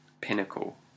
pinnacle